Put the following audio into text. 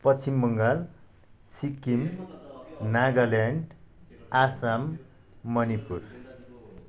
Paschim Bangal Sikkim Nagaland Assam Manipur